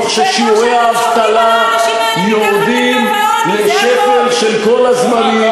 תוך ששיעורי האבטלה יורדים לשפל של כל הזמנים,